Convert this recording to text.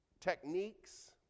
techniques